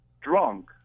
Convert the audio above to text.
drunk